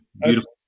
beautiful